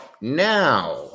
Now